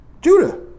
Judah